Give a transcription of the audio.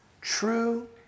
True